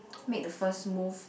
make the first move